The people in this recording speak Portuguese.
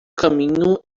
caminho